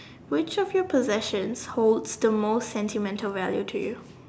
which of your possessions holds the most sentimental value to you